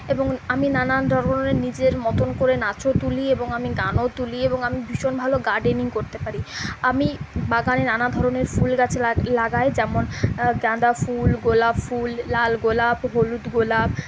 এবং আমি নানান ধরনের নিজের মতন করে নাচও তুলি এবং আমি গানও তুলি এবং আমি ভীষণ ভালো গার্ডেনিং করতে পারি আমি বাগানে নানা ধরনের ফুলগাছ লাগাই যেমন গাঁদা ফুল গোলাপ ফুল লাল গোলাপ হলুদ গোলাপ